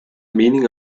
meaning